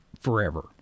forever